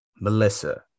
Melissa